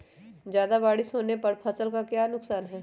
ज्यादा बारिस होने पर फसल का क्या नुकसान है?